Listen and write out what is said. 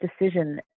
decision